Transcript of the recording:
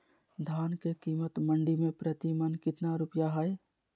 धान के कीमत मंडी में प्रति मन कितना रुपया हाय?